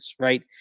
right